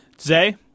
Zay